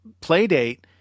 Playdate